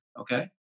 Okay